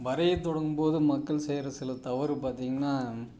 வரைய தொடங்கும் போது மக்கள் செய்கிற சில தவறு பார்த்தீங்கன்னா